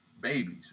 babies